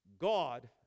God